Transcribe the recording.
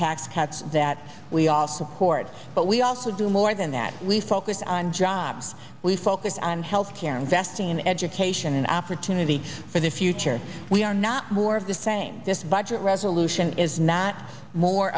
tax cuts that we all support but we also more than that we focus on jobs we focus on health care investing in education and opportunity for the future we are not more of the same this budget resolution is not more